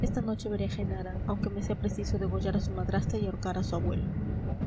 esta noche veré a genara aunque me sea preciso degollar a su madrastra y ahorcar a su abuelo